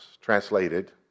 translated